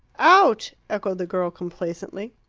out, echoed the girl complacently.